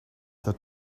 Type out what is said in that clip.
that